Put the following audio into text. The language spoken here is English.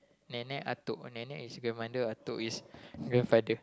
nenek atuk nenek is grandmother atuk is grandfather